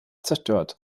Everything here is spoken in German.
zerstört